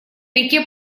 реке